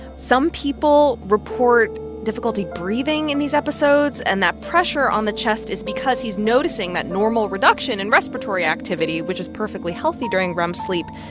some people report difficulty breathing in these episodes. and that pressure on the chest is because he's noticing that normal reduction in respiratory activity, which is perfectly healthy during rem sleep,